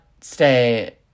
stay